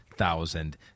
thousand